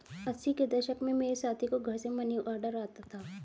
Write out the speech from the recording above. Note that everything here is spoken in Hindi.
अस्सी के दशक में मेरे साथी को घर से मनीऑर्डर आता था